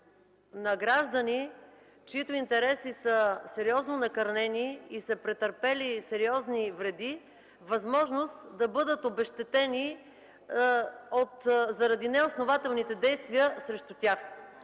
на граждани, чиито интереси са сериозно накърнени и са претърпели сериозни вреди, възможност да бъдат обезщетени заради неоснователните действия срещу тях.